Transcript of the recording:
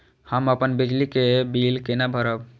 हम अपन बिजली के बिल केना भरब?